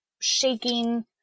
shaking